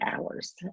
hours